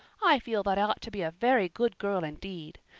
i feel that i ought to be a very good girl indeed.